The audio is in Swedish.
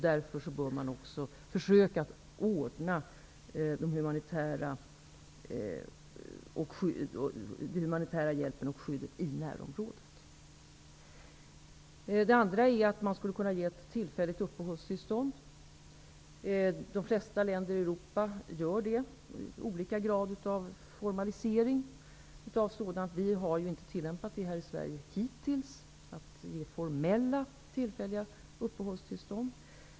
Därför bör man försöka att ordna den humanitära hjälpen och skyddet i närområdet. Den andra möjligheten är att man skulle kunna ge tillfälligt uppehållstillstånd. De flesta länder i Europa gör det, med olika grad av formalisering. Vi i Sverige har hittills inte tillämpat principen att ge formella tillfälliga uppehållstillstånd.